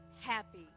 happy